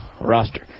roster